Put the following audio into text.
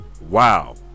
wow